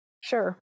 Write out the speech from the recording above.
sure